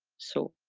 so.